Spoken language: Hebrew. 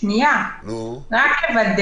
כמובן בצורה מוסדרת, מוזמנת, מוגבלת,